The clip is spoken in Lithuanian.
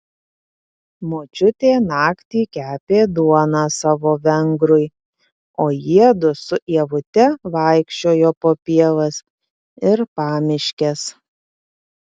močiutė naktį kepė duoną savo vengrui o jiedu su ievute vaikščiojo po pievas ir pamiškes